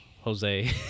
Jose